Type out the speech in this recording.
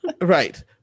Right